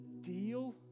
deal